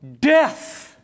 death